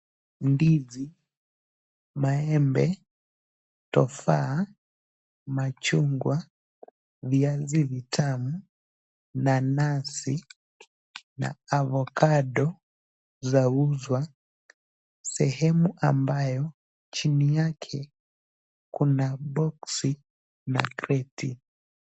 Ndizi, maembe, tufaha, machungwa, viazi vitamu, nanasi na avocado zauzwa sehemu ambayo chini yake kuna boksi na kreti.